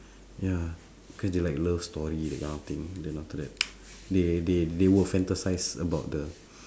ya cause they like love story that kind of thing then after that they they they will fantasise about the